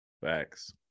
Facts